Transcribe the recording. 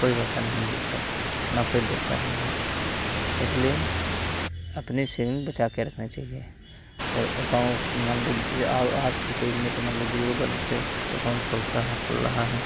कोई पैसा नहीं मिलता ना कोई देता ही है इसलिए अपनी सेविंग बचाके रखने चाहिए और एकाउंट या और आजकल के नहीं तो मान लो ज़ीरो बैलेंस है एकाउंट खोलता है खोल रहा है